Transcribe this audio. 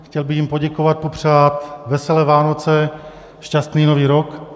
Chtěl bych jim poděkovat, popřát veselé Vánoce, šťastný nový rok.